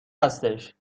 هستش